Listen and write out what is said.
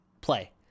play